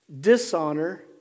Dishonor